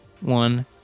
one